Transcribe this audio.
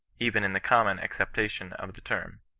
even in the common acceptation of the term.